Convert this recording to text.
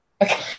Okay